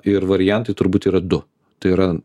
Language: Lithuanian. ir variantai turbūt yra du tai yra